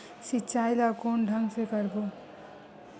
सिंचाई ल कोन ढंग से करबो?